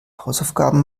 hausaufgaben